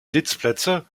sitzplätze